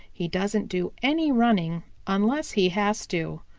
he doesn't do any running unless he has to.